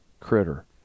critter